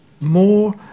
more